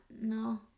no